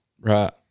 Right